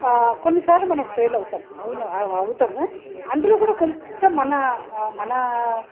కొన్నిసార్లు మనం ఫెయిల్ అవుతాము అవును అవుతాము అందులో కూడా కొంత మన మన